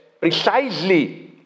precisely